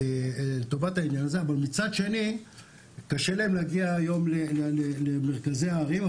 קשה להן להגיע היום למרכזי הערים,